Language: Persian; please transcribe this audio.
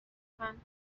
قند